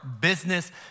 business